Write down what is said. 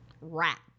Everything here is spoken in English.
Wrap